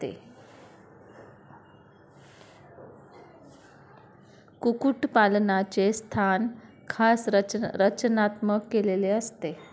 कुक्कुटपालनाचे स्थान खास रचनात्मक केलेले असते